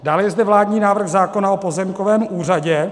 Dále je zde vládní návrh zákona o pozemkovém úřadě.